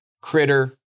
critter